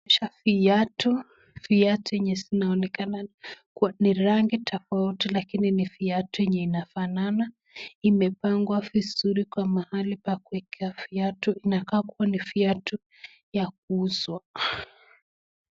Inaonyesha viatu, viatu enye zinaonekana kuwa ni rangi tofauti lakini ni viatu yenye inafanana. imepangwa vizuri kwa mahali pa kuwekwa viatu, inakaa kuwa ni viatu ya kuuzwa.